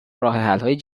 راهحلهای